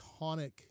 iconic